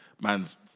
man's